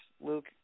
Luke